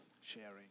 sharing